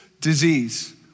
disease